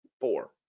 Four